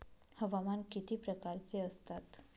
हवामान किती प्रकारचे असतात?